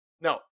No